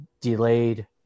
delayed